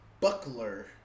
Buckler